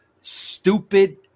stupid